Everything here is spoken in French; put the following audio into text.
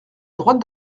droite